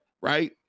right